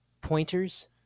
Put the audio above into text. pointers